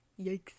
yikes